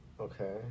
Okay